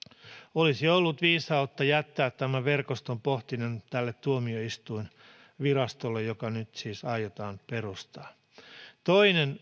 olisi ollut viisautta jättää tämä verkoston pohtiminen nyt tälle tuomioistuinvirastolle joka nyt siis aiotaan perustaa toinen